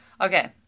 Okay